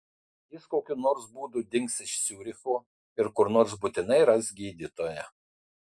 jis kokiu nors būdu dings iš ciuricho ir kur nors būtinai ras gydytoją